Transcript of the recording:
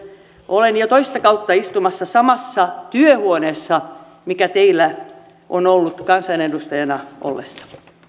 olen jo toista kautta istumassa samassa työhuoneessa mikä teillä on ollut kansanedustajana ollessa